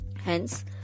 Hence